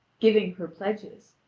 giving her pledges,